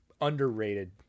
underrated